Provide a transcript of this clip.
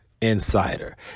insider